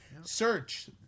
Search